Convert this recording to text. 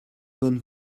bonnes